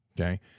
Okay